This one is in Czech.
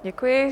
Děkuji.